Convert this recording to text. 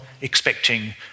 expecting